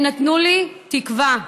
הם נתנו לי תקווה.